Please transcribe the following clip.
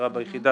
ביחידה